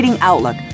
Outlook